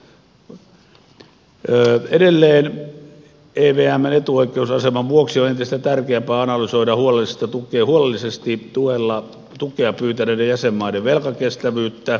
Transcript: evmn etuoikeusaseman vuoksi on entistä tärkeämpää analysoida huolellisesti tu kea pyytäneiden jäsenmaiden velkakestävyyttä